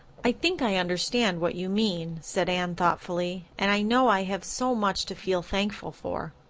i think i understand what you mean, said anne thoughtfully, and i know i have so much to feel thankful for.